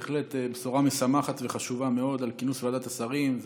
בהחלט בשורה משמחת וחשובה מאוד על כינוס ועדת השרים.